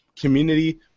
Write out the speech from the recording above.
community